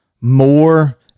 more